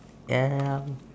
am